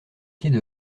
pieds